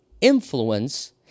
influence